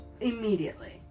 immediately